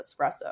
espresso